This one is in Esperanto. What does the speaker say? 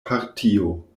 partio